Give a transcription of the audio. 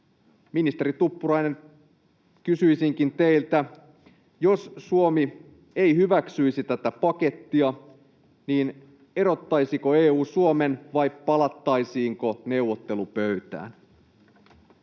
Ministeri Tuppurainen, kysyisinkin teiltä: jos Suomi ei hyväksyisi tätä pakettia, erottaisiko EU Suomen vai palattaisiinko neuvottelupöytään?